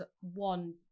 one